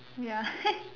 ya